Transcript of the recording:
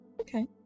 Okay